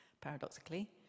paradoxically